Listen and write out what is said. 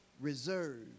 reserved